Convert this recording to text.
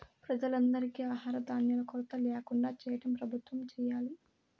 ప్రజలందరికీ ఆహార ధాన్యాల కొరత ల్యాకుండా చేయటం ప్రభుత్వం చేయాలి